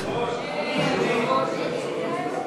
שלי יחימוביץ,